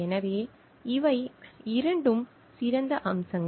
எனவே இவை இரண்டும் சிறந்த அம்சங்கள்